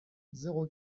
zéro